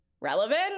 relevant